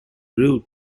route